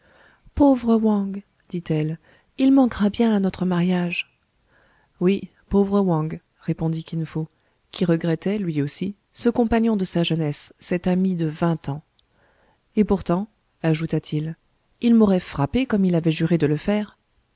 pauvre wang dit-elle il manquera bien à notre mariage oui pauvre wang répondit kin fo qui regrettait lui aussi ce compagnon de sa jeunesse cet ami de vingt ans et pourtant ajouta-t-il il m'aurait frappé comme il avait juré de le faire